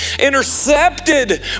intercepted